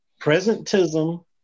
Presentism